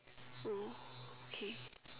okay